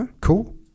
Cool